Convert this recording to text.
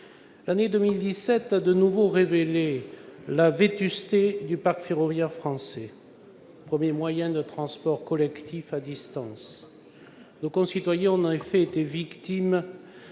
L'année 2017 a de nouveau révélé la vétusté du parc ferroviaire français, alors que le train est le premier moyen de transport collectif à distance. Nos concitoyens ont en effet été victimes